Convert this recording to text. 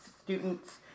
students